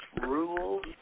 rules